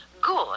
Good